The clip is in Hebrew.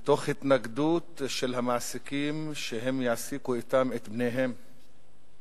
ותוך התנגדות של המעסיקים שהם יעסיקו אתן את בניהן.